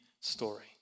story